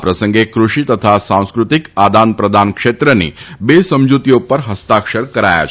આ પ્રસંગે કૃષિ તથા સાંસ્કૃતિક આદાન પ્રદાન ક્ષેત્રની બે સમજૂતીઓ ઉપર હસ્તાક્ષર કરાયા છે